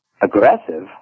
aggressive